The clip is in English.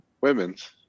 women's